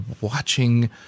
watching